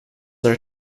are